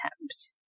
attempt